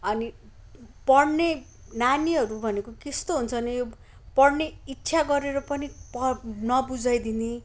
अनि पढ्ने नानीहरू भनेको कस्तो हुन्छ भने यो पढ्ने इच्छा गरेर पनि नबुझाइदिने